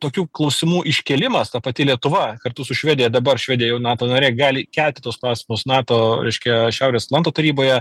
tokių klausimų iškėlimas ta pati lietuva kartu su švedija dabar švedija jau nato narė gali kelti tuos klausimus nato reiškia šiaurės atlanto taryboje